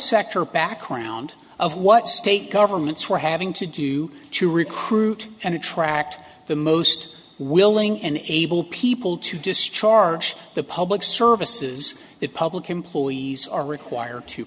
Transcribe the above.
sector background of what state governments were having to do to recruit and attract the most willing and able people to discharge the public services the public employees are required to